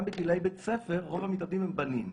גם בגילאי בית ספר רוב המתאבדים הם בנים.